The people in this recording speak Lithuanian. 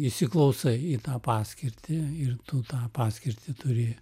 įsiklausai į tą paskirtį ir tu tą paskirtį turi